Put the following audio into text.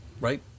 right